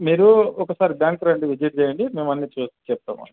మీరు ఒకసారి బ్యాంకుకి రండి విజిట్ చేయండి మేము అన్నీ చూసి చెప్తామండి